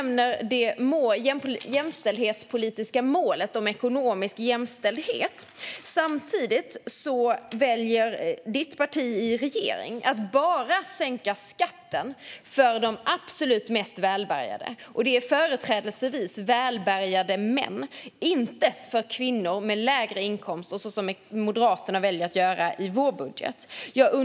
Du nämner det jämställdhetspolitiska målet om ekonomisk jämställdhet. Samtidigt väljer ditt parti att i regeringsställning bara sänka skatten för de absolut mest välbärgade, företrädesvis välbärgade män, och inte kvinnor med lägre inkomster, till skillnad från hur vi i Moderaterna väljer att göra i vår budget.